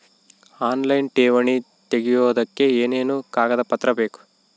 Online ಠೇವಣಿ ತೆಗಿಯೋದಕ್ಕೆ ಏನೇನು ಕಾಗದಪತ್ರ ಬೇಕು?